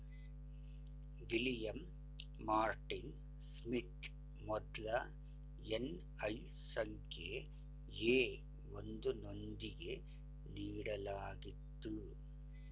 William Martin Smith ಮೊದ್ಲ NI ಸಂಖ್ಯೆ A ಒಂದು ನೊಂದಿಗೆ ನೀಡಲಾಗಿತ್ತು